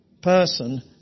person